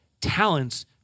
talents